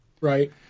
right